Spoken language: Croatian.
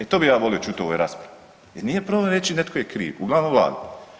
E to bi ja volio čuti u ovoj raspravi jer nije problem reći netko je kriv, uglavnom Vlada.